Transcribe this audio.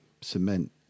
cement